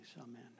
Amen